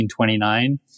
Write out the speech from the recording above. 1929